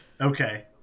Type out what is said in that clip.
Okay